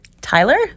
Tyler